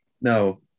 no